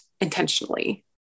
intentionally